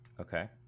okay